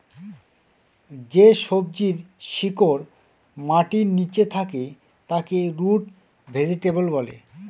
যে সবজির শিকড় মাটির নীচে থাকে তাকে রুট ভেজিটেবল বলে